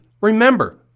Remember